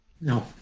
No